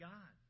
God